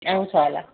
आउँछ होला